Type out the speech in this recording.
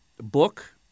book